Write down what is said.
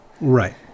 Right